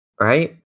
Right